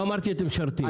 לא אמרתי שאתם משרתים אותם.